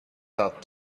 thought